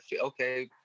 okay